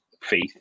faith